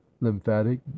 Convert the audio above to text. lymphatic